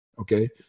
okay